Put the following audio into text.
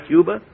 Cuba